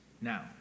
now